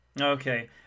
Okay